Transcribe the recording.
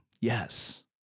Yes